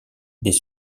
des